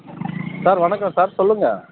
sir வணக்கம் sir சொல்லுங்கள்